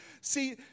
See